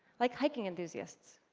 like hiking enthusiasts.